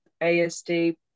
ASD